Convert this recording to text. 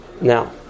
Now